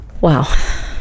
Wow